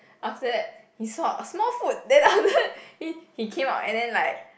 after that he saw a Smallfoot then after that he he came out and then like